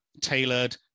tailored